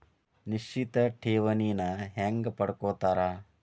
ನಿಶ್ಚಿತ್ ಠೇವಣಿನ ಹೆಂಗ ಪಡ್ಕೋತಾರ